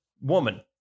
woman